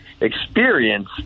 experience